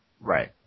Right